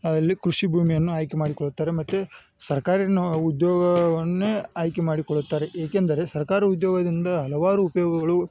ಅಲ್ಲಿ ಕೃಷಿ ಭೂಮಿಯನ್ನು ಆಯ್ಕೆ ಮಾಡಿಕೊಳ್ತಾರೆ ಮತ್ತು ಸರ್ಕಾರಿನ ಉದ್ಯೋಗವನ್ನೇ ಆಯ್ಕೆ ಮಾಡಿಕೊಳ್ಳುತ್ತಾರೆ ಏಕೆಂದರೆ ಸರ್ಕಾರ ಉದ್ಯೋಗದಿಂದ ಹಲ್ವಾರು ಉಪಯೋಗಗಳು